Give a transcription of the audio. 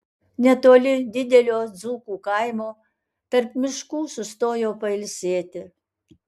netoli didelio dzūkų kaimo tarp miškų sustojo pailsėti